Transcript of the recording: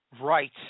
right